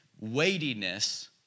weightiness